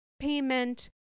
payment